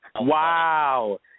Wow